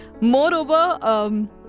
Moreover